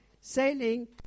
sailing